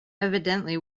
evidently